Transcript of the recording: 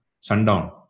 sundown